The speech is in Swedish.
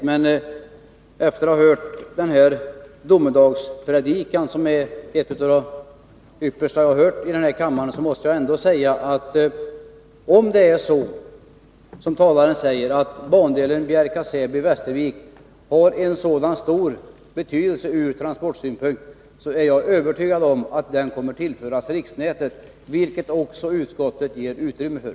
Men efter att ha hört den här domedagspredikan — som ären av de yppersta som jag har hört i den här kammaren — måste jag säga att om, som talaren säger, bandelen Bjärka/Säby-Västervik har så stor betydelse ur transportsynpunkt, är jag övertygad om att den kommer att tillföras riksnätet, vilket utskottet också ger utrymme för.